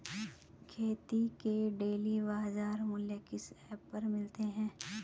खेती के डेली बाज़ार मूल्य किस ऐप पर मिलते हैं?